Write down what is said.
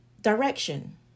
direction